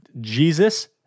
Jesus